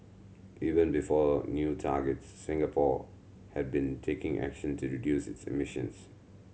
even before new targets Singapore had been taking action to reduce its emissions